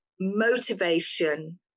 motivation